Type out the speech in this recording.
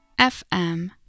fm